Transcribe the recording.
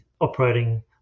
operating